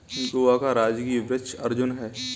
गोवा का राजकीय वृक्ष अर्जुन है